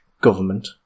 government